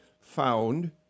found